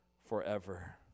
forever